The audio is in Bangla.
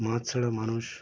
মাছ ছাড়া মানুষ